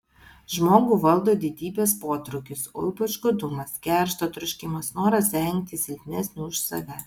žmogų valdo didybės potraukis o ypač godumas keršto troškimas noras engti silpnesnį už save